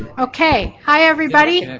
okay, hi everybody!